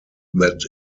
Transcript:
that